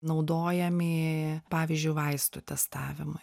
naudojami pavyzdžiui vaistų testavimui